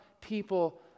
people